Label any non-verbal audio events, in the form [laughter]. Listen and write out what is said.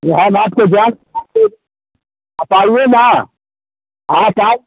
जी हम आपको जान [unintelligible] आप आइए ना आप आई